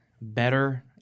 better